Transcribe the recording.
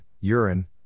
urine